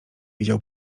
widział